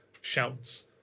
shouts